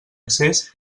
accés